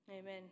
Amen